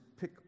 pick